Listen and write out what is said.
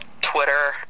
Twitter